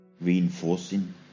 reinforcing